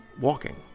walking